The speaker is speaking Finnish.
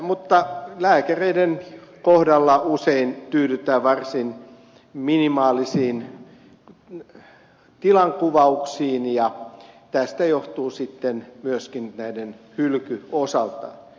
mutta lääkäreiden kohdalla usein tyydytään varsin minimaalisiin tilankuvauksiin ja tästä johtuu myöskin näiden hylky osaltaan